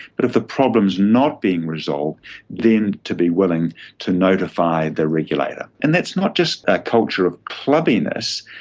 but if the problem is not being resolved then to be willing to notify the regulator. and that's not just a culture of clubiness,